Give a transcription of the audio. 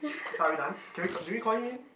so are we done can we call do you call him in